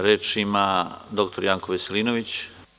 Reč ima dr Janko Veselinović.